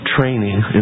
training